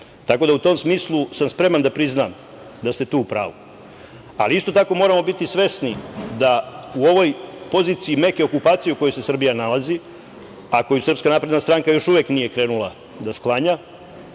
Tako da u tom smislu sam spreman da priznam da ste tu u pravu. Isto tako moramo biti svesni da u ovoj poziciji, neke okupacije u kojoj se Srbija nalazi, a koju SNS još uvek nije krenula da sklanja,